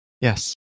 Yes